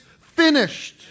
finished